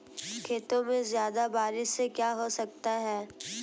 खेतों पे ज्यादा बारिश से क्या हो सकता है?